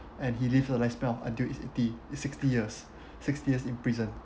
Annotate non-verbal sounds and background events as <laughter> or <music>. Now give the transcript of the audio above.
and he live a lifespan until he is he is eighty sixty years <breath> sixty years in prison